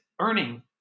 earning